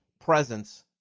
presence